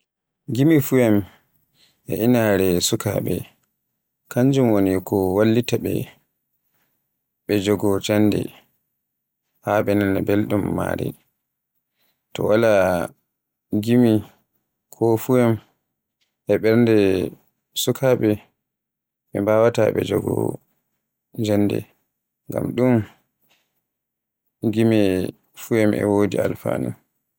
Gimi poems e inaare sukaaɓe kanjum woni ko wallita ɓe ɓe jiho jannde haa ɓe nana belɗum maare. To wala gimi ko poem e ɓernde sukaaɓe ɓe mbawaata ɓe njodo jannde ngam ɗum gimi poem e wodi alfanu.